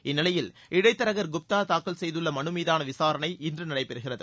இந்நிலையில் இடைத்தரகர் குப்தா தாக்கல் செய்துள்ள மனு மீதான விசாரணை இன்று நடைபெறுகிறது